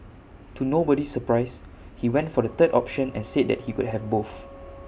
to nobody's surprise he went for the third option and said that he could have both